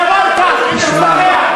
שיבוא לכאן,